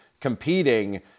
competing